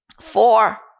four